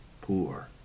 Poor